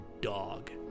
dog